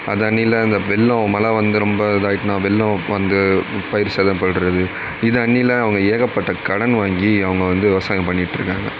அதன்னில வெள்ளம் மழை வந்து ரொம்ப இதாயிட்டுன்னா வெள்ளம் வந்து பயிர் சேதம் படுவது இதன்னில அவங்க ஏகப்பட்ட கடன் வாங்கி அவங்க வந்து விவசாயம் பண்ணிகிட்டு இருக்காங்க